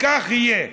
וכך יהיה.